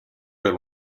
per